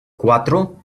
cuatro